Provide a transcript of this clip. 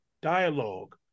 Dialogue